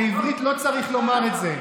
בעברית לא צריך לומר את זה.